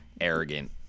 arrogant